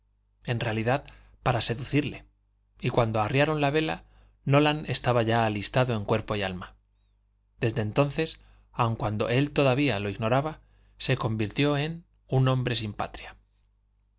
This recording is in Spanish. en realidad para seducirle y cuando arriaron la vela nolan estaba ya alistado en cuerpo y alma desde entonces aun cuando él todavía lo ignoraba se convirtió en un hombre sin patria